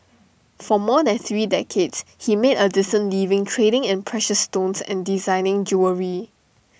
for more than three decades he made A decent living trading in precious stones and designing jewellery